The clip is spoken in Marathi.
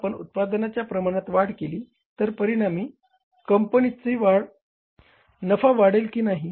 जर आपण उत्पादनाच्या प्रमाणात वाढ केली तर परिणामी कंपनीचा नफा वाढेल की नाही